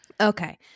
Okay